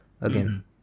again